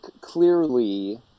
clearly